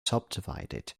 subdivided